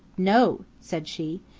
no, said she.